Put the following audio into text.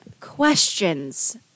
questions